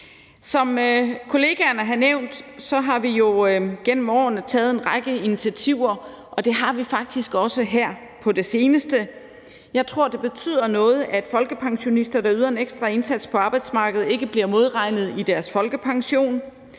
Som kollegerne har nævnt, har vi jo igennem årene taget en række initiativer, og det har vi faktisk også her på det seneste. Jeg tror, det betyder noget, at folkepensionister, der yder en ekstra indsats på arbejdsmarkedet, ikke bliver modregnet i deres folkepension,